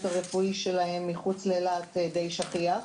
הרפואי שלהם מחוץ לאילת היא סוגיה נפוצה.